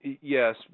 Yes